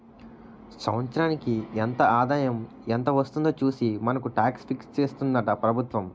సంవత్సరానికి ఎంత ఆదాయం ఎంత వస్తుందో చూసి మనకు టాక్స్ ఫిక్స్ చేస్తుందట ప్రభుత్వం